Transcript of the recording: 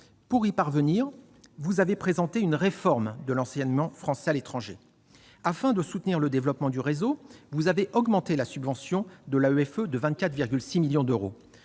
Pour y parvenir, vous avez présenté une réforme de l'enseignement français à l'étranger. Afin de soutenir le développement du réseau, vous avez augmenté la subvention de l'AEFE de 24,6 millions d'euros.